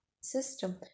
System